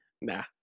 Nah